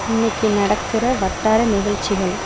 இன்னைக்கி நடக்கிற வட்டார நிகழ்ச்சிகள்